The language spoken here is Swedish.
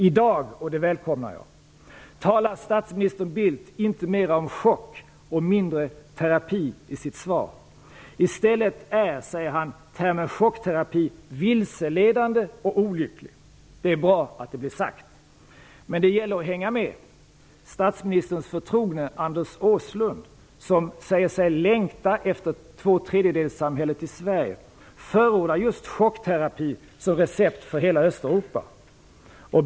I dag talar statsminister Bildt inte om mera chock och mindre terapi, och det välkomnar jag. I stället är, säger han, begreppet chockterapi ''vilseledande'' och ''olyckligt''. Det är bra att det blir sagt. Men det gäller att hänga med. Statsministerns förtrogne Anders Åslund, som säger sig längta efter tvåtredjedelssamhället i Sverige, förordar just chockterapi som recept för hela Östeuropa.